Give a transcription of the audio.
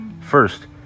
First